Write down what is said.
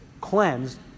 cleansed